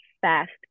fast